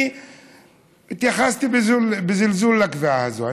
אני התייחסתי בזלזול לקביעה הזאת,